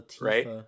Right